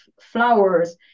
flowers